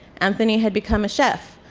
anthony had become a chef.